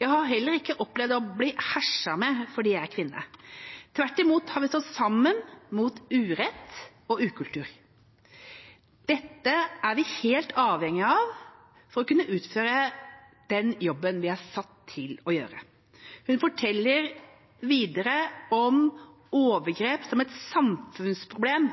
«Jeg har heller ikke opplevd å bli herset med fordi jeg har vært kvinne. Tvert imot har vi stått sammen mot urett og ukultur. Dette er vi helt avhengig av for å kunne utføre jobben vi er satt til å gjøre.» Hun forteller videre om overgrep som et samfunnsproblem